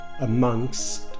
amongst